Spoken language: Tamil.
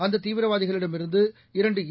அந்த தீவிரவாதிகளிடமிருந்து இரண்டு ஏ